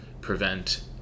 prevent